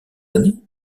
années